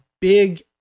big